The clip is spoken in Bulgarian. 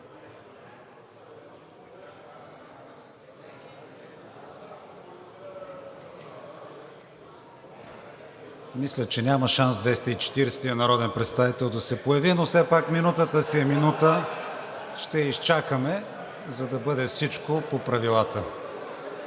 Мисля, че няма шанс 240-ият народен представител да се появи, но все пак минутата си е минута. Ще изчакаме, за да бъде всичко по правилата.